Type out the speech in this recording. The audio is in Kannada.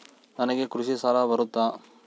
ನನಗೆ ಕೃಷಿ ಸಾಲ ಬರುತ್ತಾ?